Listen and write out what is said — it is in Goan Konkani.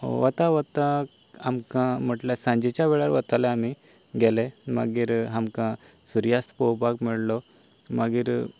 वता वता आमकां म्हटल्यार सांजेच्या वेळार वताले आमी गेले मागीर आमकां सुर्यास्त पळोवपाक मेळ्ळो मागीर